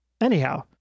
Anyhow